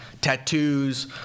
Tattoos